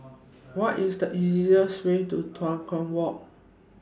What IS The easiest Way to Tua Kong Walk